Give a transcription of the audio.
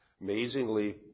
amazingly